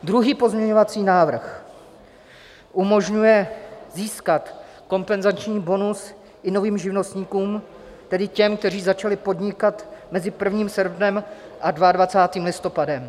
Druhý pozměňovací návrh umožňuje získat kompenzační bonus i novým živnostníkům, tedy těm, kteří začali podnikat mezi 1. srpnem a 22. listopadem.